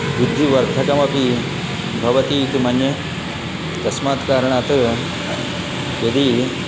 बुद्धिवर्धकमपि भवति इति मन्ये तस्मात् कारणात् यदि